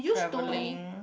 travelling